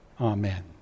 Amen